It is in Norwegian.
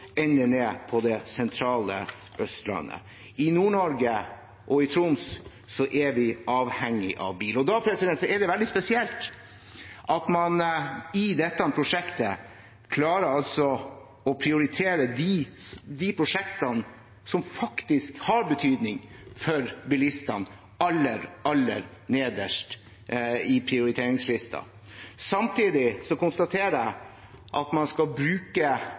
på det sentrale Østlandet. I Nord-Norge og i Troms er vi avhengige av bil. Da er det veldig spesielt at man i dette prosjektet klarer å prioritere de prosjektene som faktisk har betydning for bilistene, aller, aller nederst på prioriteringslista. Samtidig konstaterer jeg at man i praksis skal bruke